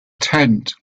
tent